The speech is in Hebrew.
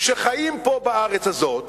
שחיים בארץ הזאת